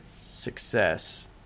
success